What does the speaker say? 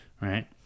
right